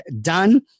done